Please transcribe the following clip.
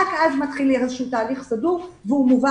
רק אז מתחיל איזשהו תהליך סדור והוא מובא